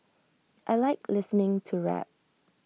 I Like listening to rap